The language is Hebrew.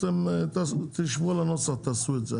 אתם תשבו על הנוסח ותעשו את זה.